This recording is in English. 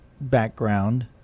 background